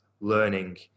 learning